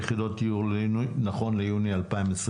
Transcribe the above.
דיור נכון ליוני 2023?